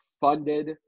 funded